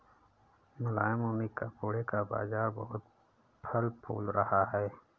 मुलायम ऊनी कपड़े का बाजार बहुत फल फूल रहा है